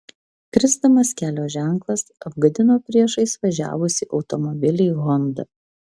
krisdamas kelio ženklas apgadino priešais važiavusį automobilį honda